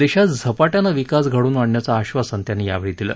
देशात झपाटयानं विकास घडवून आणण्याचं आश्वासन त्यांनी यावेळी दिले